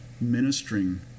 ministering